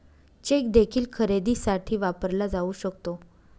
check देखील खरेदीसाठी वापरला जाऊ शकतो